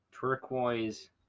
Turquoise